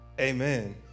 Amen